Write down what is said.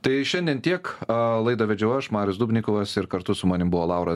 tai šiandien tiek laidą vedžiau aš marius dubnikovas ir kartu su manim buvo laura